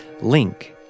Link